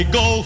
go